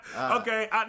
Okay